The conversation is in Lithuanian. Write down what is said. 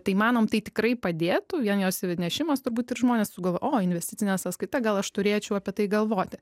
tai manom tai tikrai padėtų vien jos įnešimas turbūt ir žmonės sugalv o investicinė sąskaita gal aš turėčiau apie tai galvoti